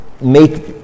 make